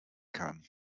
kann